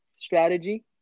strategy